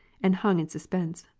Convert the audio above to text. and hung in suspense.